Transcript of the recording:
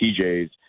tjs